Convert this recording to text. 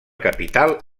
capital